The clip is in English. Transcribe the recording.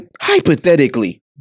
hypothetically